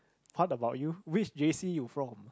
how about you which j_c you from